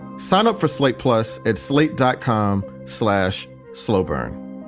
sign up for slate plus at slate dot com slash slow burn.